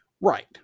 Right